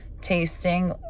tasting